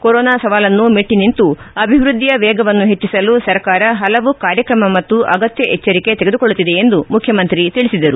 corona ಸವಾಲನ್ನು ಮೆಟ್ಟನಿಂತು ಅಭಿವೃದ್ದಿಯ ವೇಗವನ್ನು ಹೆಚ್ಚಿಸಲು ಸರ್ಕಾರ ಹಲವು ಕಾರ್ಯಕ್ರಮ ಮತ್ತು ಅಗತ್ಯ ಎಚ್ಚರಿಕೆ ತೆಗೆದುಕೊಳ್ಳುತ್ತಿದೆ ಎಂದು ಮುಖ್ಚಮಂತ್ರಿ ಹೇಳಿದರು